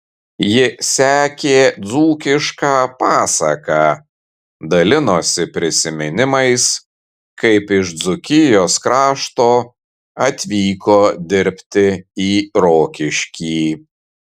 ji sekė dzūkišką pasaką dalinosi prisiminimais kaip iš dzūkijos krašto atvyko dirbti į rokiškį